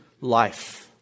life